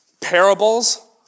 parables